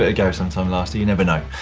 ah go sometime lasty, you never know.